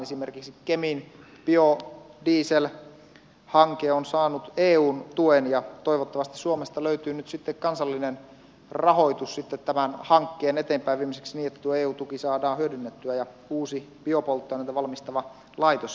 esimerkiksi kemin biodieselhanke on saanut eun tuen ja toivottavasti suomesta löytyy nyt sitten kansallinen rahoitus tämän hankkeen eteenpäinviemiseksi niin että tuo eu tuki saadaan hyödynnettyä ja uusi biopolttoaineita valmistava laitos sitten toimintaan